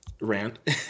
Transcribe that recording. rant